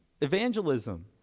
Evangelism